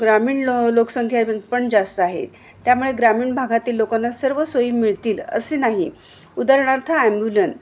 ग्रामीण ल लोकसंख्या पण जास्त आहे त्यामुळे ग्रामीण भागातील लोकांना सर्व सोयी मिळतील असे नाही उदाहरणार्थ ॲम्ब्युलन